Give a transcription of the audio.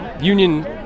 union